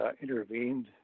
intervened